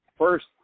First